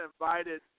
invited